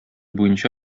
буенча